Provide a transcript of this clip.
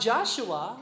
Joshua